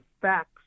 facts